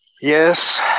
Yes